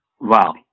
wow